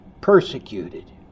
persecuted